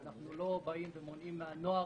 אנחנו לא מעודדים נוער.